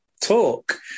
talk